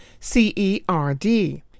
CERD